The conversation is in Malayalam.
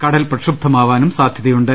ക ടൽ പ്രക്ഷുബ്ധമാവാനും സാധ്യതയുണ്ട്